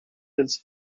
his